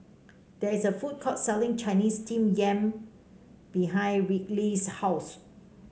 there is a food court selling Chinese Steamed Yam behind Ryleigh's house